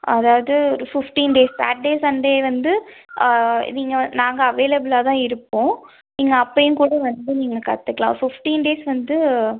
அதாவது ஒரு fifteen days Saturday Sunday வந்து நீங்கள் நாங்கள் அவேலபில்லாக தான் இருப்போம் நீங்கள் அப்போயும் கூட வந்து நீங்க கற்றுக்கலாம் ஃபிஃப்டீன் டேஸ் வந்து